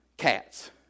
cats